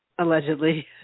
Allegedly